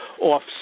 off